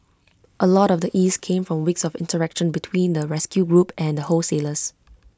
A lot of the ease came from weeks of interaction between the rescue group and the wholesalers